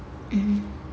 mmhmm